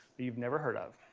you've never heard of